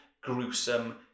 gruesome